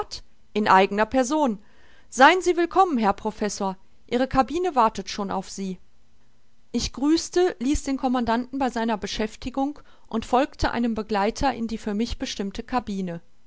in eigner person sein sie willkommen herr professor ihre cabine wartet schon auf sie ich grüßte ließ den commandanten bei seiner beschäftigung und folgte einem begleiter in die für mich bestimmte cabine